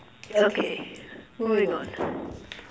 okay moving on